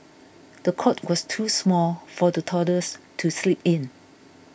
the cot was too small for the toddlers to sleep in